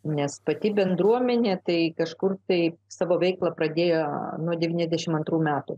nes pati bendruomenė tai kažkur tai savo veiklą pradėjo nuo devyniasdešim antrų metų